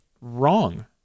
wrong